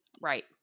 Right